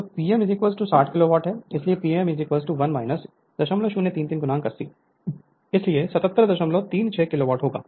तो P m 80 kilo watt है इसलिए P m 1 0033 80 इसलिए 7736 किलोवाट होगा